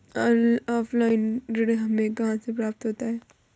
Offline ऋण हमें कहां से प्राप्त होता है?